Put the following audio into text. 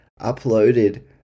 uploaded